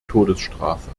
todesstrafe